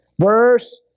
Verse